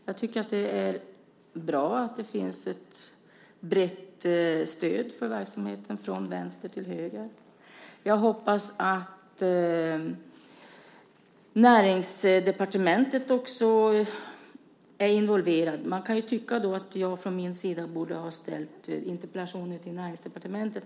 Jag tycker att det är bra att det finns ett brett stöd för verksamheten från vänster till höger. Jag hoppas att Näringsdepartementet också är involverat. Man kan tycka att jag från min sida borde ha ställt interpellationen till näringsministern.